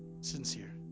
sincere